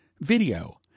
video